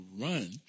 run